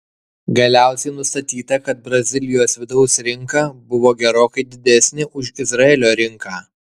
galiausiai nustatyta kad brazilijos vidaus rinka buvo gerokai didesnė už izraelio rinką